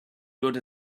good